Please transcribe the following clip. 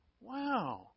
Wow